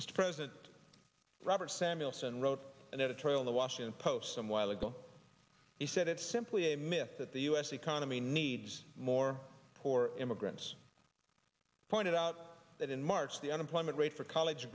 mr president robert samuelson wrote an editorial in the washington post some while ago he said it's simply a myth that the u s economy needs more poor immigrants pointed out that in march the unemployment rate for college